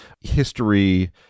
history